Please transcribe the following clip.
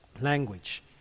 language